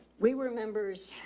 we remembers,